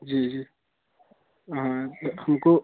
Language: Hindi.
जी जी हाँ हमको